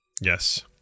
Yes